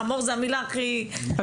חמור זו המילה הכי לא נכונה; כמו לביאה.